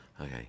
Okay